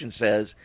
says